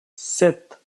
sept